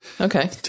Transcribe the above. Okay